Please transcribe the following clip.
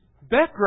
background